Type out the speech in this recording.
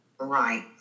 Right